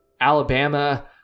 Alabama